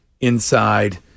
inside